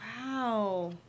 Wow